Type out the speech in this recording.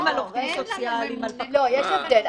הם מקבלים על עובדים סוציאליים, על --- יש הבדל.